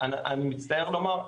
אני מצטער לומר,